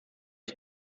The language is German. ich